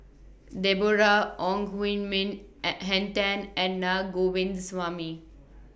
Deborah Ong Hui Min and Henn Tan and Na